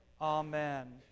Amen